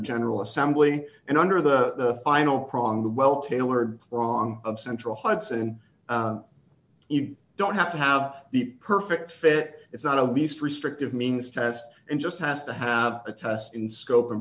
general assembly and under the final prong the well tailored wrong central hudson don't have to have the perfect fit it's not a least restrictive means test and just has to have a test in scope in